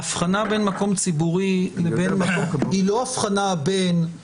ההבחנה בין מקום ציבורי לבין מקום פרטי היא לא הבחנה הסיטואציה